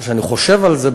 כשאני חושב על זה,